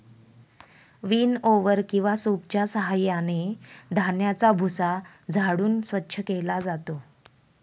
विनओवर किंवा सूपच्या साहाय्याने धान्याचा भुसा झाडून स्वच्छ केला जातो